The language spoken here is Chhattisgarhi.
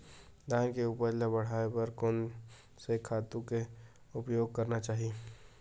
धान के उपज ल बढ़ाये बर कोन से खातु के उपयोग करना चाही?